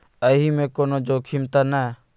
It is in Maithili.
एहि मे कोनो जोखिम त नय?